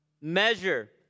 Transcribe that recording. measure